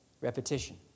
repetition